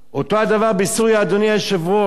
אותו דבר בסוריה, אדוני היושב-ראש.